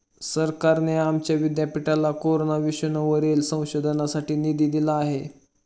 सरकारने आमच्या विद्यापीठाला कोरोना विषाणूवरील संशोधनासाठी निधी दिला आहे